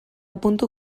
puntu